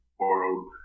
world